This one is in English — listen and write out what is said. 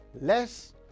less